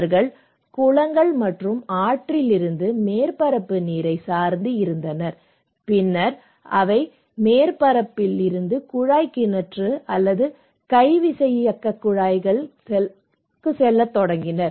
அவை குளங்கள் மற்றும் ஆற்றில் இருந்து மேற்பரப்பு நீரைச் சார்ந்து இருந்தன பின்னர் அவை மேற்பரப்பில் இருந்து குழாய் கிணறு அல்லது கை விசையியக்கக் குழாய்களுக்கு செல்லத் தொடங்கின